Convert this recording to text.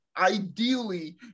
ideally